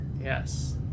yes